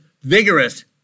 vigorous